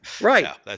Right